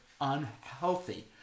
unhealthy